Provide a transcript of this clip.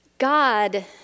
God